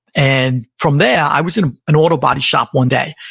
and from there, i was in an auto body shop one day,